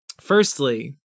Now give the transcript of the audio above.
Firstly